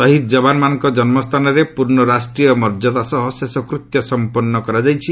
ସହିଦ ଜବାନ ମାନଙ୍କ ଜନ୍ମସ୍ଥାନରେ ପୂର୍ଣ୍ଣରାଷ୍ଟ୍ରୀୟ ମର୍ଯ୍ୟାଦା ସହ ଶେଷକୂତ୍ୟ ସମ୍ପନ୍ନ କରାଯାଇଛି